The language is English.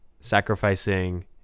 Sacrificing